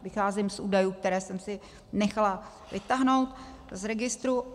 Vycházím z údajů, které jsem si nechala vytáhnout z registru.